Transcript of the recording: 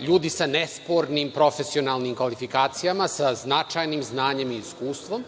ljudi sa nespornim profesionalnim kvalifikacijama, sa značajnim znanjem i iskustvom